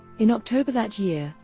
in october that year,